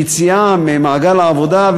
ויציאה ממעגל העבודה,